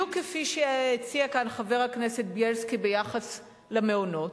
בדיוק כפי שהציע כאן חבר הכנסת בילסקי ביחס למעונות.